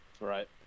Right